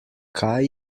kaj